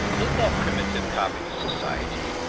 in that primitive communist society,